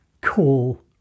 cool